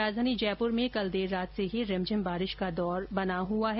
राजधानी जयपुर में कल देर रात से ही रिमझिम बारिश का दौर बना हुआ है